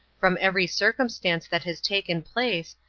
from every circumstance that has taken place,